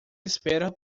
espera